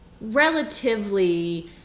relatively